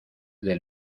del